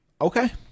Okay